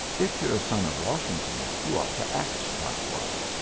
if you're a son of washington, you ought to act like one.